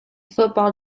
football